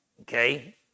okay